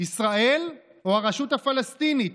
ישראל או הרשות הפלסטינית,